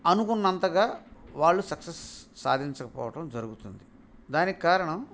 అనుకున్నంతగా వాళ్ళు సక్సెస్ సాధించకపోవటం జరుగుతుంది దానికి కారణం